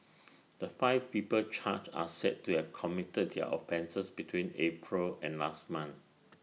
the five people charged are said to have committed their offences between April and last month